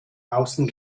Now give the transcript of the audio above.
außen